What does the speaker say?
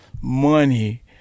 money